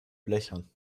blechern